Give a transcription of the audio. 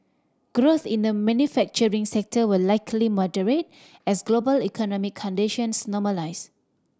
growth in the manufacturing sector will likely moderate as global economic conditions normalise